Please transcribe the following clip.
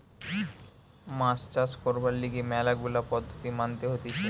মাছ চাষ করবার লিগে ম্যালা গুলা পদ্ধতি মানতে হতিছে